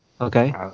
okay